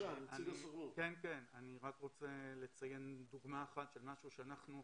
אני רוצה לציין דוגמה אחת של משהו שאנחנו עושים.